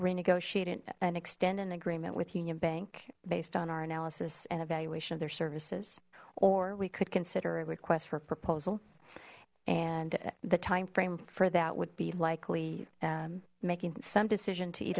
renegotiate an extend an agreement with union bank based on our analysis and evaluation of their services or we could consider a request for a proposal and the timeframe for that would be likely making some decision to e